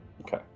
Okay